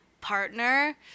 partner